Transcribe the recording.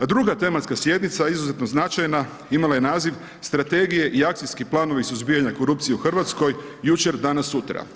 Druga tematska sjednica, izuzetno značajna, imala je naziv Strategije i akcijski planovi suzbijanja korupcije u Hrvatskoj, jučer, danas, sutra.